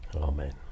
Amen